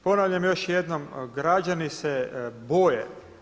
Ponavljam još jednom, građani se boje.